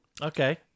Okay